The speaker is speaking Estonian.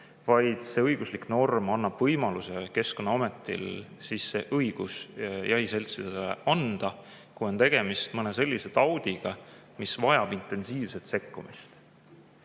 See õiguslik norm annab Keskkonnaametile võimaluse see õigus jahiseltsidele anda, kui on tegemist mõne sellise taudiga, mis vajab intensiivset sekkumist.